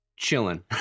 chilling